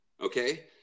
okay